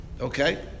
Okay